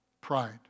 Pride